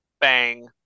bang